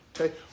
Okay